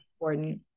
important